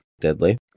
deadly